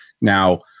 Now